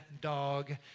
dog